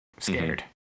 scared